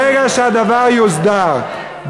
ברגע שהדבר יוסדר,